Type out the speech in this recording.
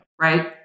Right